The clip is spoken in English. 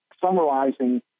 summarizing